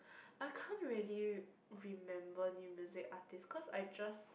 I can't really remember new music artist cause I just